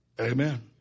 Amen